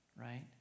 right